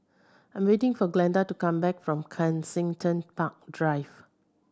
I'm waiting for Glenda to come back from Kensington Park Drive